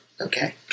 Okay